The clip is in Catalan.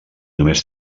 només